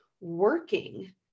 working